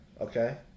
Okay